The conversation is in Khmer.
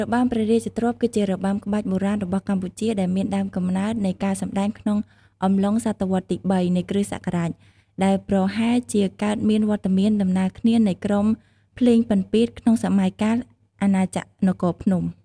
របាំព្រះរាជទ្រព្យ គឺជារបាំក្បាច់បុរាណរបស់កម្ពុជា ដែលមានដើមកំណើតនៃការសម្តែងក្នុងអំឡុងស.វទី៣ នៃគ.សករាជ ដែលប្រហែលជាកើតមានវត្តមានដំណាលគ្នានៃក្រុម ភ្លេងពិណពាទ្យ ក្នុងសម័យកាល អាណាចក្រនគរភ្នំ ។